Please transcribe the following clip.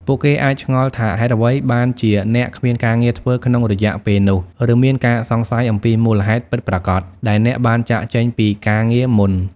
ពួកគេអាចឆ្ងល់ថាហេតុអ្វីបានជាអ្នកគ្មានការងារធ្វើក្នុងរយៈពេលនោះ ឬមានការសង្ស័យអំពីមូលហេតុពិតប្រាកដដែលអ្នកបានចាកចេញពីការងារមុន។